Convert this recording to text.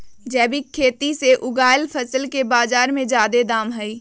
जैविक खेती से उगायल फसल के बाजार में जादे दाम हई